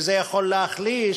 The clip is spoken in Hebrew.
וזה יכול להחליש,